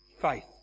Faith